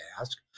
ask